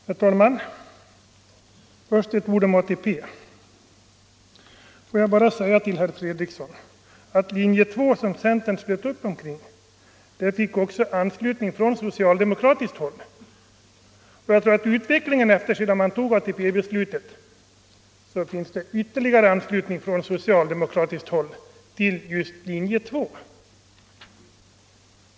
Herr talman! Först ett par ord om ATP. Får jag bara säga till herr Fredriksson att linje två, som centern slöt upp omkring, också fick anslutning från socialdemokratiskt håll. Efter det att ATP-beslutet hade fattats tror jag att det blivit ytterligare anslutning från socialdemokratiskt håll till just linje två.